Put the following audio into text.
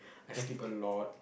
I sleep a lot